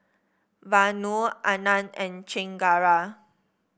Vanu Anand and Chengara